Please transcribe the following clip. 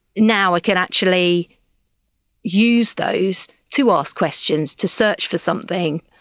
now i can actually use those to ask questions, to search for something,